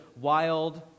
wild